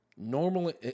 Normally